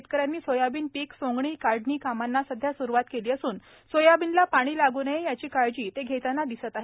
शेतकऱ्यांनी सोयाबीन पिक सोंगणी काढणी कामांना सध्या सुरुवात केली असून सोयाबीनला पाणी लागू नये याची काळजी घेतांना दिसत आहेत